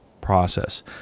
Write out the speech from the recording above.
process